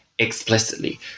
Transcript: explicitly